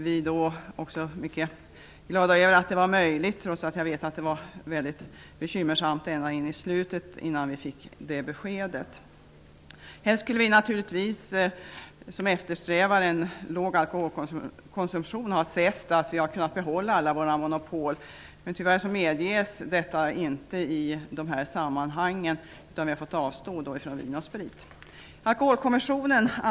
Vi är mycket glada över att det var möjligt. Jag vet att det var mycket bekymmersamt ända in i det sista innan vi fick det beskedet. Vi som eftersträvar en låg alkoholkonsumtion skulle naturligtvis helst ha sett att vi skulle ha kunnat behålla alla våra monopol. Tyvärr medges det inte i dessa sammanhang. Vi har fått avstå när det gäller Vin & Sprit AB.